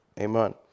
Amen